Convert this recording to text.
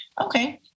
Okay